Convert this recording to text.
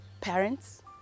Parents